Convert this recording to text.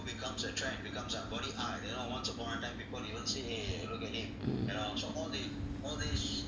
mm